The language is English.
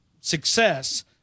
success